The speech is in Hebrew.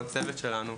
כל הצוות שלנו,